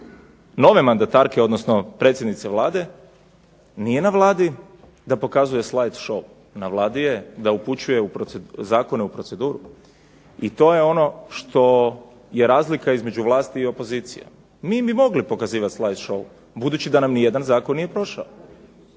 nove mandatarke, odnosno predsjednice Vlade nije na Vladi da pokazuje slide show, na Vladi je da upućuje zakone u proceduru, i to je ono što je razlika između vlasti i opozicije. Mi bi mogli pokazivati slide show, budući da nam ni jedan zakon nije prošao.